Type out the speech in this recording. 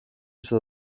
στο